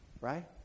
right